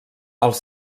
els